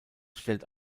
stellt